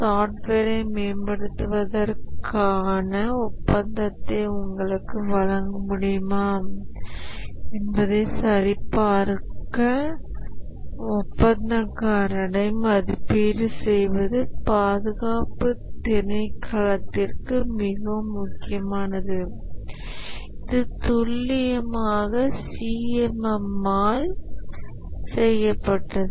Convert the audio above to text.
சாஃப்ட்வேரை மேம்படுத்துவதற்கான ஒப்பந்தத்தை உங்களுக்கு வழங்க முடியுமா என்பதை சரிபார்க்க ஒப்பந்தக்காரரை மதிப்பீடு செய்வது பாதுகாப்புத் திணைக்களத்திற்கு மிகவும் முக்கியமானது இது துல்லியமாக CMM ஆல் செய்யப்பட்டது